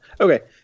Okay